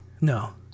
No